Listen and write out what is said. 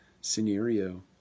scenario